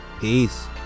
Peace